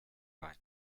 wein